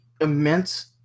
immense